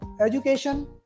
education